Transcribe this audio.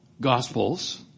gospels